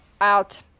out